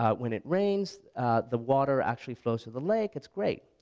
ah when it rains the water actually flows to the lake it's great.